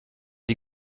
die